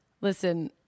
listen